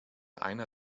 einer